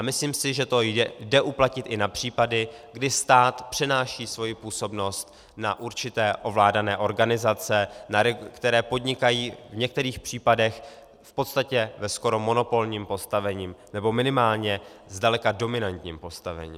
Myslím si, že to jde uplatnit i na případy, kdy stát přenáší svoji působnosti na určité ovládané organizace, které podnikají v některých případech v podstatě ve skoro monopolním postavení, nebo minimálně zdaleka dominantním postavení.